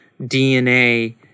DNA